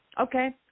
Okay